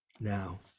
now